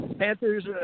Panthers